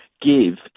give